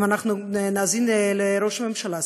אם נאזין לראש הממשלה,